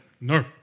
No